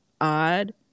odd